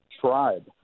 tribe